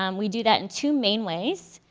um we do that in two main ways,